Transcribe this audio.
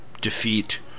defeat